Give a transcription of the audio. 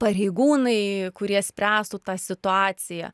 pareigūnai kurie spręstų tą situaciją